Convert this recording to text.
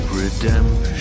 redemption